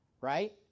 right